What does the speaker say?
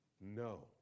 no